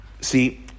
See